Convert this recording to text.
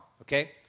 Okay